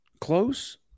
close